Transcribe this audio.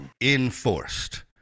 enforced